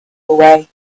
away